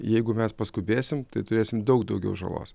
jeigu mes paskubėsim tai turėsim daug daugiau žalos